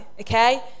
Okay